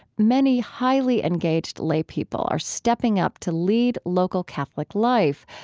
many highly engaged lay people are stepping up to lead local catholic life,